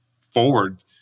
forward